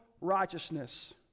righteousness